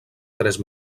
tres